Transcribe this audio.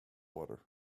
water